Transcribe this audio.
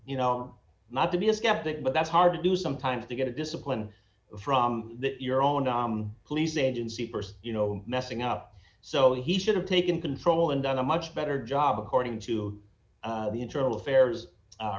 you know not to be a skeptic but that's hard to do sometimes to get discipline from your own police agency person you know messing up so he should have taken control and done a much better job according to the internal affairs